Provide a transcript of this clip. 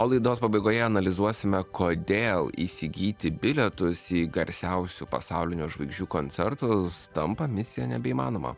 o laidos pabaigoje analizuosime kodėl įsigyti bilietus į garsiausių pasaulinių žvaigždžių koncertus tampa misija nebeįmanoma